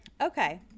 Okay